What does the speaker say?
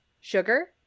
Sugar